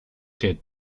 der